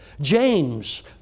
James